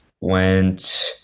went